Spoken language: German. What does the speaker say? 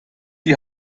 die